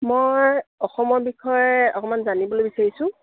মই অসমৰ বিষয়ে অকণমান জানিবলৈ বিচাৰিছোঁ